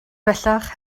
bellach